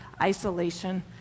isolation